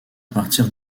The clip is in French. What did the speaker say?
partir